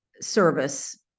service